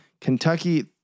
Kentucky